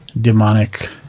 demonic